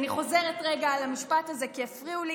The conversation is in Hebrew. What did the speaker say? אני חוזרת רגע על המשפט הזה כי הפריעו לי.